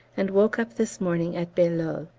and woke up this morning at bailleul.